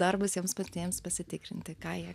darbas jiems patiems pasitikrinti ką jie